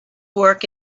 work